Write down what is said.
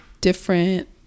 different